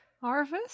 Harvest